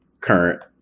current